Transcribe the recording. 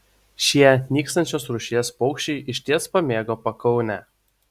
šie nykstančios rūšies paukščiai išties pamėgo pakaunę